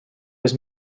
his